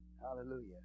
Hallelujah